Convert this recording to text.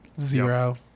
zero